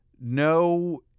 no